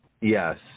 Yes